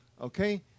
Okay